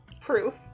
proof